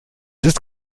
ist